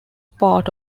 part